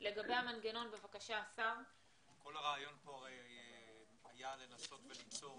כל הרעיון פה היה לנסות וליצור